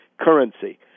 currency